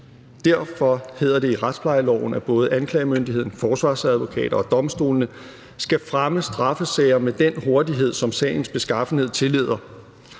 Derfor hedder det i retsplejeloven, at både anklagemyndigheden, forsvarsadvokater og domstolene skal fremme straffesager med den hurtighed, som sagens beskaffenhed tillader.